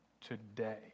today